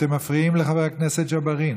אתם מפריעים לחבר הכנסת ג'בארין.